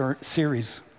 series